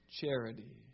charity